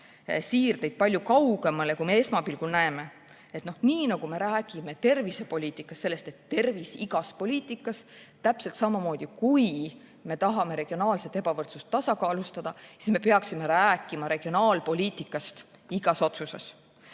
siirdeid palju kaugemale, kui me esmapilgul näeme. Nii nagu me räägime tervisepoliitikas sellest, et tervist [peab arvestama] igas poliitikas, täpselt samamoodi, kui me tahame regionaalset ebavõrdsust tasakaalustada, me peaksime rääkima regionaalpoliitikast iga otsuse